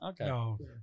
Okay